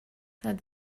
said